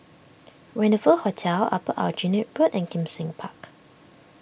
Rendezvous Hotel Upper Aljunied Pool and Kim Seng Park